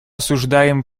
осуждаем